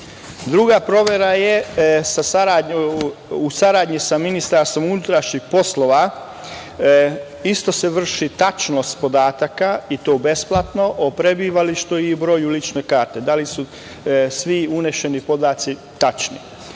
Druga provera je u saradnji sa Ministarstvom unutrašnjih poslova, isto se vrši tačnost podataka, i to besplatno, o prebivalištu i broju lične karte, da li su svi unešeni podaci